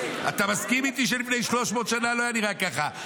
אתה מסכים איתי שלפני 300 שנה לא היה נראה ככה.